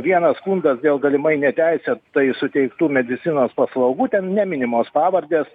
vienas skundas dėl galimai neteisėtai suteiktų medicinos paslaugų ten neminimos pavardės